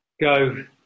go